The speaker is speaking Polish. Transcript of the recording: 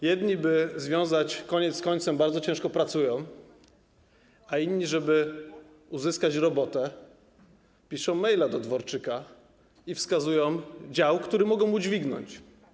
Jedni, by związać koniec z końcem, bardzo ciężko pracują, a inni, żeby uzyskać robotę, piszą maila do Dworczyka i wskazują dział, który mogą udźwignąć.